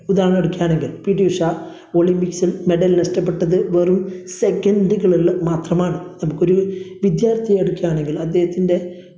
ഉദാഹരണം എടുക്കയാണെങ്കിൽ പി റ്റി ഉഷ ഒളിമ്പിക്സിൽ മെഡൽ നഷ്ടപ്പെട്ടത് വെറും സെക്കൻറ്റുകൾ മാത്രമാണ് നമുക്കൊരു വിദ്യാർത്ഥി എടുക്കുകയാണെങ്കിൽ അദ്ദേഹത്തിൻ്റെ